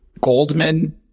Goldman